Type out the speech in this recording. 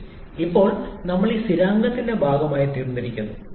R ഇപ്പോൾ ഈ സ്ഥിരാങ്കത്തിന്റെ ഭാഗമായിത്തീരുന്നു